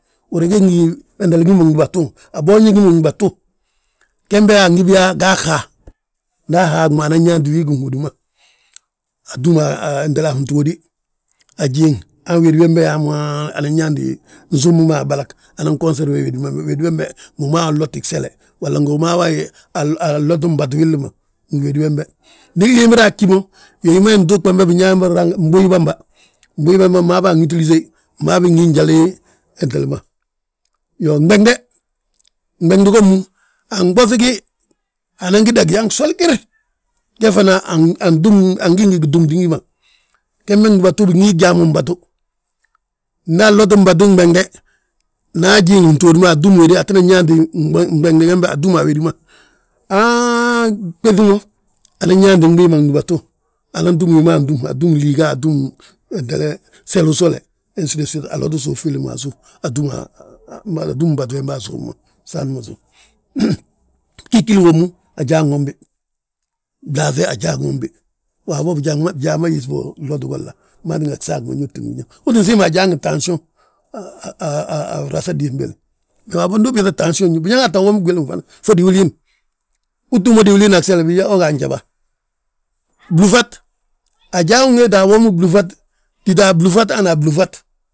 Húra we gí ngi wentele wi ma gdúbatu, a boonjin wi ma gdúbatu, gembe angi bi yaa mo agaa ghaa, nda haag mo anan yaanti wii ginhódi ma. Atúm a fntuudi ajiŋ ha wédi wembe yaa man, anan yaanti sombi ma aɓalag, unan goserfe wédi wembe. Wédi wembe, wu ma anlotti gsele, walla ngi wu maa wi anloti mbatu willi ma ngi wédi wembe. Ndi glimbire ggí mo, wi ma intuug bamba binyaa wi mboyi bamba, mboyi bamba wi maa wi anwitilise. Mma bi ngí njali wentele ma. Iyoo, nɓende, nɓendi gommu, anɓoŧi gi, anan gi dagí han gsoli gir, ge fana angí ngi gitúmtin wi ma. Gembe gdúbatu bingi gyaa mo mbatu, nda anloti mbatu nɓende, nda ajiiŋ ftuudi ma atúm wéde. Atti nan yaanti gɓendi gembe atúm a wédi ma, haaŋ gɓéŧi mo, anan yaanti gbii ma gdúbatu, anan túm wi ma antúm, atúm liiga, atúm wentele, selu usole, hesindosit, aloti suuf filli ma asów, atúm mbatu wembe a suuf ma saanti ma sów. Ggigil wommu, ajaa wom bi, blaaŧe ajaa nwom bi, waabo bjaa ma yísi bo gloti glla. Wi maa tínga saag ma nóbti biñaŋ, uu tti siim ajaa ngi tansiyoŋ, a frasa dimbele. Me waabo ndu ubiiŧa tansiyoŋ ñób, biñaŋ aa tta womi gwili gfana, fo diwiliin, uu ttúm diwiliin a gsele bii yyaa ho ga anjaba, blúfat, ajaa hi unwéeti, awomi blúfat, tita blúfat hana flúfat.